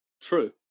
True